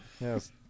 Yes